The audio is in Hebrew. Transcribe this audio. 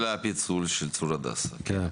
לדעתי,